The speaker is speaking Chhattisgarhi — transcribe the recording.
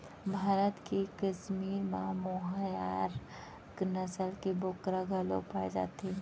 भारत के कस्मीर म मोहायर नसल के बोकरा घलोक पाए जाथे